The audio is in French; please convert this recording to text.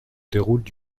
déroulent